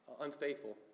unfaithful